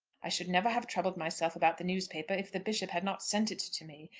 i should never have troubled myself about the newspaper if the bishop had not sent it to me.